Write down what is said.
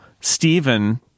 Stephen